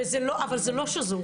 למה?